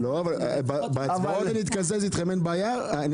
אין בעיה.